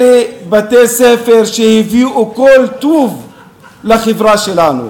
אלה בתי-ספר שהביאו כל טוב לחברה שלנו.